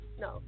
No